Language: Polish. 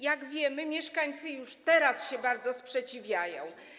Jak wiemy, mieszkańcy już teraz bardzo się sprzeciwiają.